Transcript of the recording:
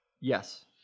Yes